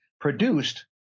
produced